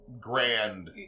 grand